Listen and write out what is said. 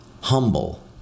humble